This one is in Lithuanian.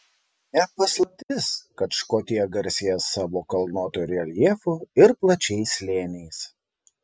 ne paslaptis kad škotija garsėja savo kalnuotu reljefu ir plačiais slėniais